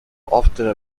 often